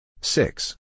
Six